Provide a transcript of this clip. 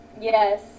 Yes